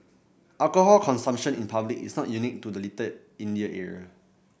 alcohol consumption in public is not unique to the Little India area